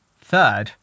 Third